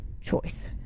choice